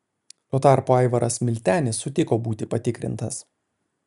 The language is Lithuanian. tuo tarpu aivaras miltenis sutiko būti patikrintas